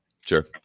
Sure